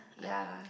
ya